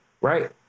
Right